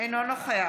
אינו נוכח